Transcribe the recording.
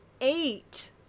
eight